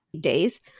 days